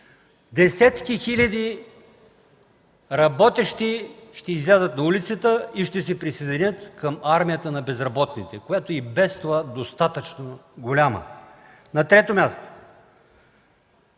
Десетки хиляди работещи ще излязат на улицата и ще се присъединят към армията на безработните, която и без това е достатъчно голяма. На трето място,